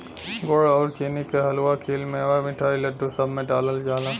गुड़ आउर चीनी के हलुआ, खीर, मेवा, मिठाई, लड्डू, सब में डालल जाला